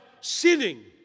sinning